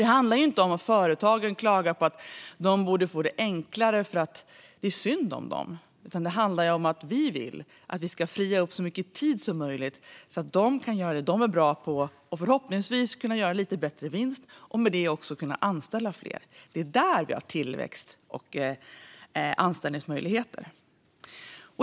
Det handlar inte om att företagen klagar på att de borde få det enklare för att det är synd om dem, utan det handlar om att frigöra så mycket tid som möjligt så att de kan göra vad de är bra på, förhoppningsvis lite bättre vinst och med det anställa fler. Det är där det sker tillväxt och ges anställningsmöjligheter.